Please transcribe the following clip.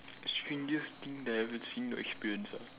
strangest thing that I've ever seen or experience ah